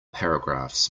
paragraphs